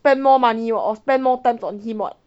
spend more money or spend more time on him [what]